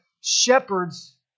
shepherds